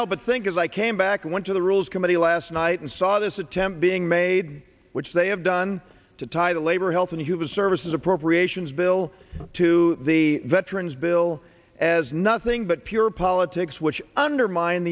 help but think as i came back i went to the rules committee last night and saw this attempt being made which they have done to tie the labor health and human services appropriations bill to the veterans bill as nothing but pure politics which undermine